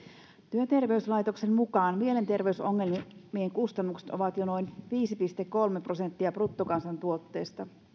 työterveyslaitoksen mukaan mielenterveysongelmien kustannukset ovat jo noin viisi pilkku kolme prosenttia bruttokansantuotteesta